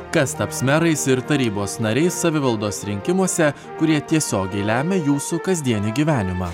kas taps merais ir tarybos nariais savivaldos rinkimuose kurie tiesiogiai lemia jūsų kasdienį gyvenimą